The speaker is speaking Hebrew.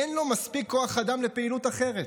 אין לו מספיק כוח אדם לפעילות אחרת.